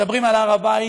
מדברים על הר הבית,